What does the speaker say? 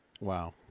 Wow